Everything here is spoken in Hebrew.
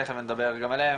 תכף נדבר גם עליהם,